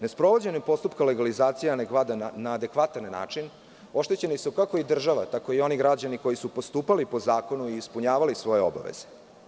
Nesprovođenjem postupka legalizacije na adekvatan način oštećeni su kako i država tako i oni građani koji su postupali po zakonu i ispunjavali svoje obaveze.